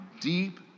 deep